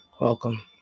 Welcome